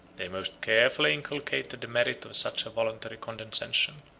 they most carefully inculcated the merit of such a voluntary condescension.